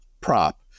prop